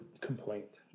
complaint